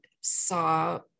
saw